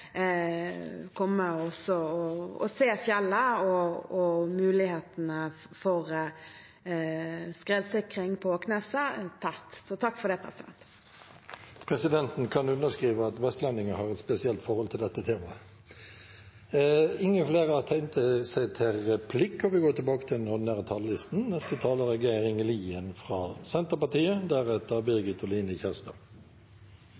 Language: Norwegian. se fjellet og mulighetene for skredsikring på Åkneset. Så takk for det. Presidenten kan underskrive på at vestlendinger har et spesielt forhold til dette temaet. Replikkordskiftet er over. De talere som heretter får ordet, har